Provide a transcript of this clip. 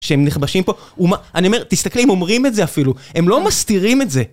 שהם נכבשים פה, אני אומר, תסתכלי, הם אומרים את זה אפילו, הם לא מסתירים את זה.